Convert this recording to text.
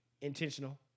intentional